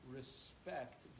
respect